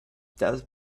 that